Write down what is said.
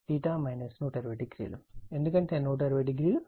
కాబట్టి Ib ఎందుకంటే 120o బదిలీ అవుతుంది